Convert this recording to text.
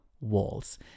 walls